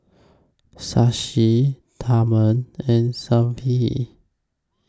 Shashi Tharman and Sanjeev